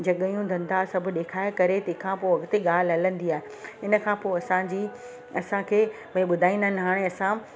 जॻहियूं धंधा सभु ॾेखारे करे तंहिंखां पोइ अॻिते ॻाल्हि हलंदी आहे इन खां पोइ असांजी असांखे भई ॿुधाईंदा आहिनि हाणे असां